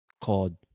called